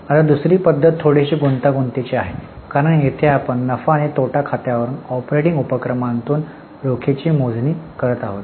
आता दुसरी पद्धत थोडीशी गुंतागुंतीची आहे कारण येथे आपण नफा आणि तोटा खात्यांवरून ऑपरेटिंग उपक्रमातून रोखीची मोजणी करत आहोत